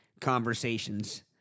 conversations